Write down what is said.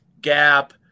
gap